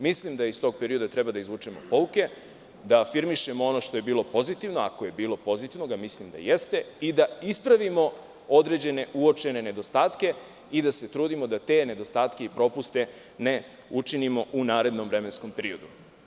Mislim da iz tog perioda treba da izvučemo pouke, da afirmišemo ono što je bilo pozitivno, ako je bilo pozitivnog, a mislim da jeste, i da ispravimo određene uočene nedostatke i da se trudimo da te nedostatke i propuste ne učinimo u narednom vremenskom periodu.